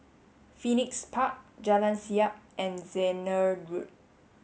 Phoenix Park Jalan Siap and Zehnder Road